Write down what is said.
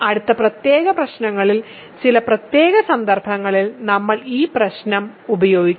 അടുത്ത പ്രത്യേക പ്രശ്നങ്ങളിൽ ചില പ്രത്യേക സന്ദർഭങ്ങളിൽ നമ്മൾ ഈ പ്രശ്നം ഉപയോഗിക്കും